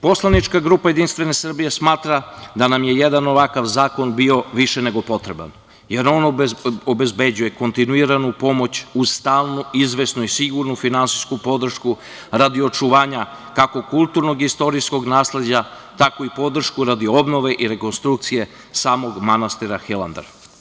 Poslanička grupa JS smatra da nam je jedan ovakav zakon bio više nego potreban, jer on obezbeđuje kontinuiranu pomoć uz stalnu, izvesnu i sigurnu finansijsku podršku radi očuvanja, kako kulturno-istorijskog nasleđa, tako i podršku radi obnove i rekonstrukcije samog manastira Hilandar.